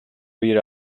rid